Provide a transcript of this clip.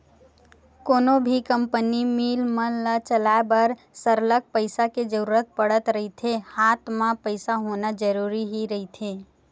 कोनो भी company, mill मन ल चलाय बर सरलग पइसा के जरुरत पड़त रहिथे हात म पइसा होना जरुरी ही रहिथे